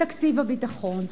בתקציב הביטחון,